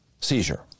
seizure